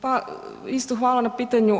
Pa isto hvala na pitanju.